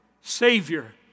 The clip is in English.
Savior